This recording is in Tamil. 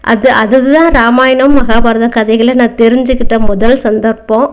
அது அது தான் ராமாயணம் மகாபாரதம் கதைகளில் நான் தெரிஞ்சிக்கிட்ட முதல் சந்தர்ப்பம்